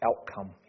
outcome